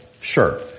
sure